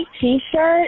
t-shirt